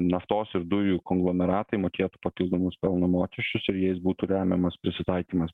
naftos ir dujų konglomeratai mokėtų papildomus pelno mokesčius ir jais būtų remiamas prisitaikymas